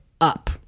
up